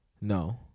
no